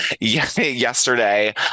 yesterday